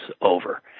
over